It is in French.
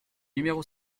numéro